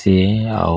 ଆଉ